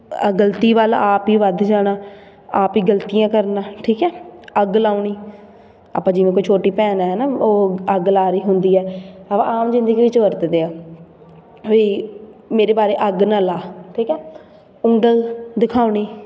ਗਲਤੀ ਵੱਲ ਆਪ ਹੀ ਵੱਧ ਜਾਣਾ ਆਪ ਹੀ ਗਲਤੀਆਂ ਕਰਨਾ ਠੀਕ ਹੈ ਅੱਗ ਲਾਉਣੀ ਆਪਾਂ ਜਿਵੇਂ ਕੋਈ ਛੋਟੀ ਭੈਣ ਹੈ ਹੈ ਨਾ ਉਹ ਅੱਗ ਲਾ ਰਹੀ ਹੁੰਦੀ ਹੈ ਆਪਾਂ ਆਮ ਜ਼ਿੰਦਗੀ ਵਿੱਚ ਵਰਤਦੇ ਹਾਂ ਵੀ ਮੇਰੇ ਬਾਰੇ ਅੱਗ ਨਾ ਲਾ ਠੀਕ ਹੈ ਉਂਗਲ ਦਿਖਾਉਣੀ